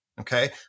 okay